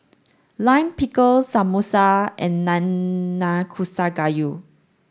Lime Pickle Samosa and Gayu